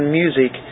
music